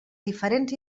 diferents